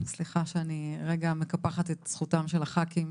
סליחה שאני רגע מקפחת את זכותם של הח"כים.